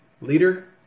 leader